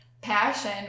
passion